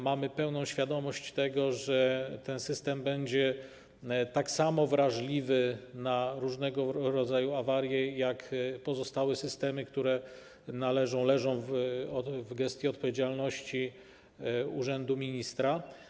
Mamy pełną świadomość tego, że ten system będzie tak samo wrażliwy na różnego rodzaju awarie jak pozostałe systemy, które leżą w gestii odpowiedzialności urzędu ministra.